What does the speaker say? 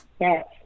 yes